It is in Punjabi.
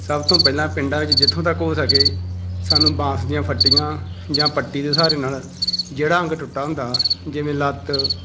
ਸਭ ਤੋਂ ਪਹਿਲਾਂ ਪਿੰਡਾਂ 'ਚ ਜਿੱਥੋਂ ਤੱਕ ਹੋ ਸਕੇ ਸਾਨੂੰ ਬਾਂਸ ਦੀਆਂ ਫੱਟੀਆਂ ਜਾਂ ਪੱਟੀ ਦੇ ਸਹਾਰੇ ਨਾਲ ਜਿਹੜਾ ਅੰਗ ਟੁੱਟਾ ਹੁੰਦਾ ਜਿਵੇਂ ਲੱਤ